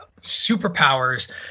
superpowers